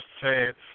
chance